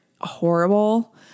horrible